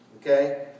Okay